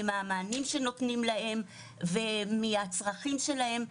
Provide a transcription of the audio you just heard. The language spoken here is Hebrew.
מהמענים שנותנים להם ואת הצרכים שלהם.